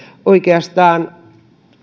oikeastaan